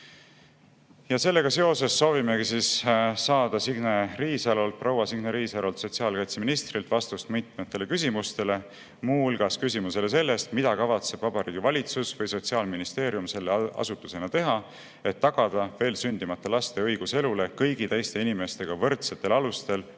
Sellega seoses soovimegi saada proua Signe Riisalolt, sotsiaalkaitseministrilt, vastust mitmetele küsimustele, muu hulgas küsimusele selle kohta, mida kavatseb Vabariigi Valitsus või Sotsiaalministeerium asutusena teha, et tagada veel sündimata laste õigus elule kõigi teiste inimestega võrdsetel alustel,